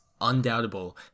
undoubtable